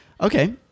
Okay